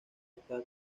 está